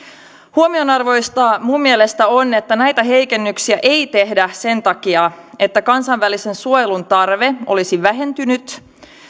huomionarvoista minun mielestäni on että näitä heikennyksiä ei tehdä sen takia että kansainvälisen suojelun tarve olisi vähentynyt